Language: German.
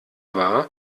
war